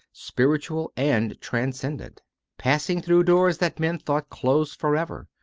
spiritual and transcendent passing through doors that men thought closed for ever,